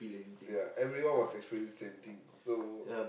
ya everyone was experience same thing so